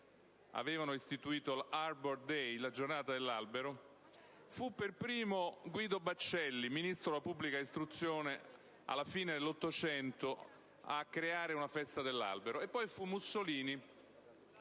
avevano istituito l'«*Arbor Day*», la giornata dell'albero; fu per primo Guido Baccelli, Ministro della pubblica istruzione, alla fine dell'Ottocento, a creare una Festa dell'albero, e poi fu Mussolini